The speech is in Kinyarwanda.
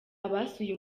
basuye